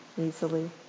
easily